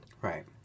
Right